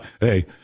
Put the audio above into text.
hey